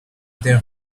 their